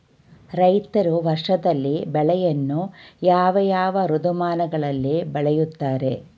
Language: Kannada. ರೈತರು ವರ್ಷದಲ್ಲಿ ಬೆಳೆಯನ್ನು ಯಾವ ಯಾವ ಋತುಮಾನಗಳಲ್ಲಿ ಬೆಳೆಯುತ್ತಾರೆ?